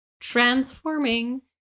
transforming